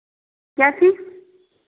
क्या चीज़